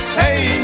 hey